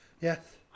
Yes